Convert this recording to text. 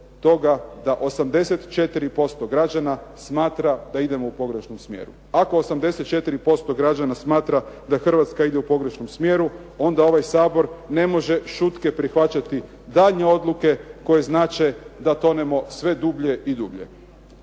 da 84% građana smatra da idemo u pogrešnom smjeru. Ako 84% građana smatra da Hrvatska ide u pogrešnom smjeru, onda ovaj Sabor ne može šutke prihvaćati daljnje odluke koje znače da tonemo sve dublje i dublje.